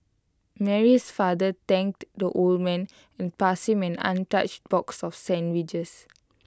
Mary's father thanked the old man and passed him an untouched box of sandwiches